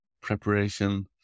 preparation